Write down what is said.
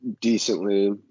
decently